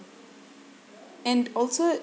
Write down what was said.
and also